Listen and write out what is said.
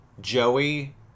Joey